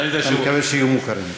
אתה מקווה שיהיו מוכרים.